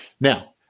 Now